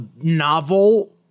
novel